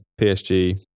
PSG